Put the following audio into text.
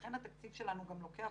ולכן התקציב שלנו גם לוקח